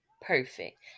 perfect